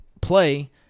play